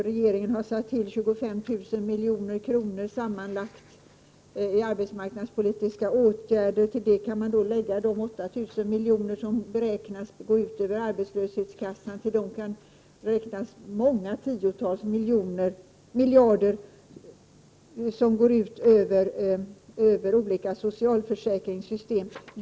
Regeringen har satt till 25 000 milj.kr. sammanlagt för arbetsmarknadspolitiska åtgärder, säger arbetsmarknadsministern, och till detta kan läggas de 8 000 milj.kr. som beräknas gå ut via arbetslöshetskassorna samt många tiotals miljarder som går ut genom olika socialförsäkringssystem.